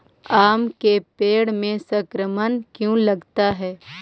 आम के पेड़ में संक्रमण क्यों लगता है?